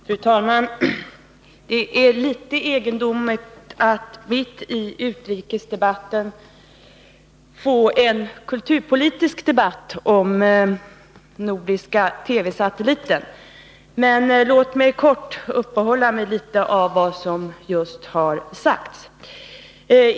Fru talman! Det är litet egendomligt att mitt i utrikesdebatten få en kulturpolitisk debatt om den nordiska TV-satelliten, men låt mig kort uppehålla mig vid vad som just har sagts.